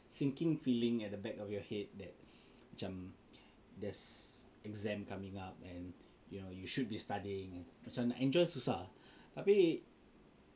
sinking feeling at the back of your head that macam there's exam coming up and you know you should be studying macam nak enjoy susah